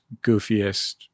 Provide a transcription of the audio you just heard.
goofiest